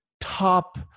top